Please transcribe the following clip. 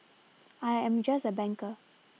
I am just a banker